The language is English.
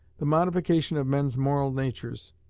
the modification of men's moral natures,